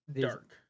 dark